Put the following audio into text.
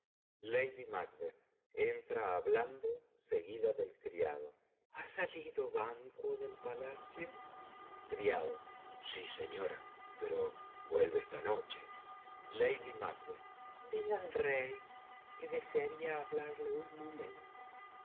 y ua criado después macbeth lady mac entra hablando seguida del criado ha salido banquo de palacio criado sí señora pero vuelve esta noche lady mac di al rey que desearía hablarle un momento